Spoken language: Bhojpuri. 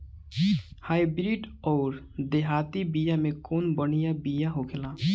हाइब्रिड अउर देहाती बिया मे कउन बढ़िया बिया होखेला?